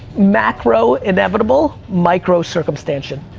macro, inevitable, micro, circumstance-ion.